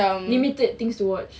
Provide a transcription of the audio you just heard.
limited things to watch